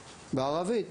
בערבית.